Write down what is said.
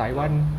no